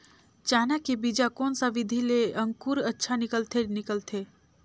चाना के बीजा कोन सा विधि ले अंकुर अच्छा निकलथे निकलथे